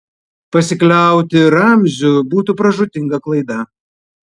pasikliauti ramziu būtų pražūtinga klaida